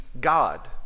God